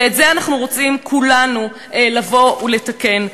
ואת זה אנחנו רוצים כולנו לבוא ולתקן.